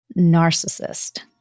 Narcissist